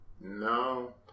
No